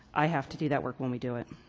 i have to do that work when we do it.